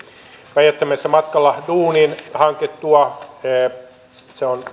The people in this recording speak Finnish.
päijät hämeessä matkalla duuniin hanke on